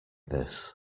this